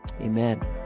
Amen